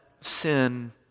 sin